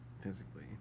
physically